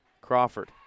Crawford